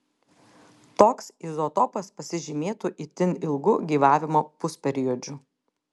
toks izotopas pasižymėtų itin ilgu gyvavimo pusperiodžiu